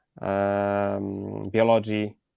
biology